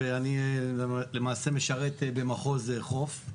ואני למעשה משרת במחוז חוף.